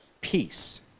peace